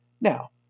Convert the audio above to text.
Now